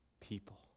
people